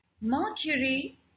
Mercury